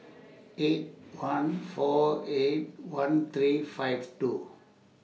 eight one four eight one three five two